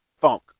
funk